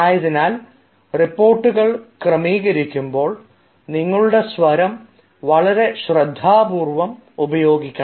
ആയതിനാൽ റിപ്പോർട്ടുകൾ ക്രമീകരിക്കുമ്പോൾ നിങ്ങളുടെ സ്വരം വളരെ ശ്രദ്ധാപൂർവ്വം ഉപയോഗിക്കണം